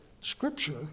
scripture